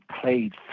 played